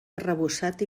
arrebossat